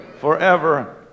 forever